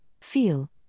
feel